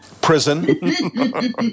Prison